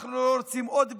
אנחנו לא רוצים עוד פגיעה,